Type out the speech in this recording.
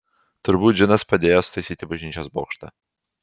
turbūt džinas padėjo sutaisyti bažnyčios bokštą